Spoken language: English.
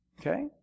okay